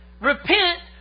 Repent